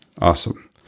awesome